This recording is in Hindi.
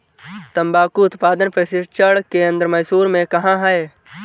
तंबाकू उत्पादन प्रशिक्षण केंद्र मैसूर में कहाँ है?